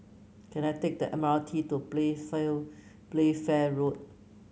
can I take the M R T to Playfair Playfair Road